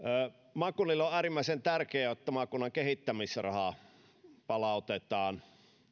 maakunnille on äärimmäisen tärkeää että maakunnan kehittämisraha palautetaan